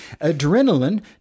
Adrenaline